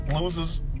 loses